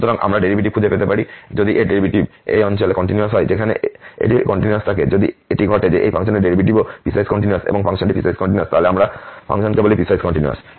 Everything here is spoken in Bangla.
সুতরাং আমরা ডেরিভেটিভ খুঁজে পেতে পারি যদি এর ডেরিভেটিভ এই অঞ্চলে কন্টিনিউয়াস হয় যেখানে এটি কন্টিনিউয়াস থাকে যদি এটি ঘটে যে এই ফাংশনের ডেরিভেটিভও পিসওয়াইস কন্টিনিউয়াস এবং ফাংশনটি পিসওয়াইস কন্টিনিউয়াস তাহলে আমরা ফাংশনকে বলি পিসওয়াইস কন্টিনিউয়াস